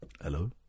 hello